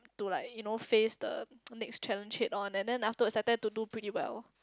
to like you know face the next challenge head on and then afterwards I tend to do pretty well